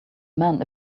man